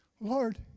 Lord